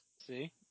See